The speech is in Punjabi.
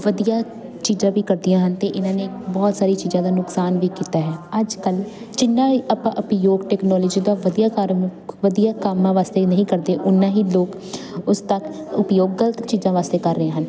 ਵਧੀਆ ਚੀਜਾਂ ਵੀ ਕਰਦੀਆਂ ਹਨ ਤੇ ਇਹਨਾਂ ਨੇ ਬਹੁਤ ਸਾਰੀਆਂ ਚੀਜ਼ਾਂ ਦਾ ਨੁਕਸਾਨ ਵੀ ਕੀਤਾ ਹੈ ਅੱਜ ਕੱਲ ਜਿੰਨਾ ਵੀ ਆਪਾਂ ਉਪਯੋਗ ਟੈਕਨੋਲੋਜੀ ਦਾ ਵਧੀਆ ਕਾਰਨ ਵਧੀਆ ਕੰਮਾਂ ਵਾਸਤੇ ਨਹੀਂ ਕਰਦੇ ਉਨਾ ਹੀ ਲੋਕ ਉਸ ਤੱਕ ਉਪਯੋਗ ਗਲਤ ਚੀਜ਼ਾਂ ਵਾਸਤੇ ਕਰ ਰਹੇ ਹਨ